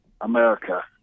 America